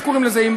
איך קוראים לזה,